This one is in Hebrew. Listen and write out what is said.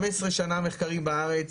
15 שנה מחקרים בארץ